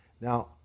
now